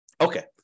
Okay